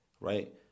right